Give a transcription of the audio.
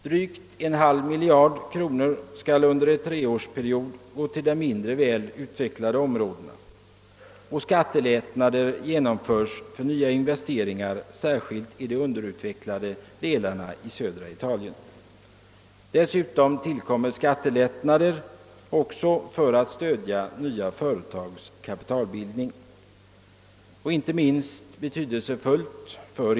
Drygt en halv miljard kronor skall under en treårsperiod gå till mindre väl utvecklade områden, och skattelättnader genomförs för nya investeringar särskilt i de underutvecklade södra delarna av Italien. Också för att stödja nya företags kapitalbildning genomförs skattelättnader.